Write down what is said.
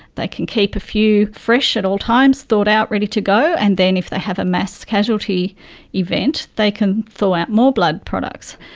they can keep a few fresh at all times, thawed out ready to go, and then if they have a mass casualty event they can thaw out more blood products.